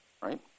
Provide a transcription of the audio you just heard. right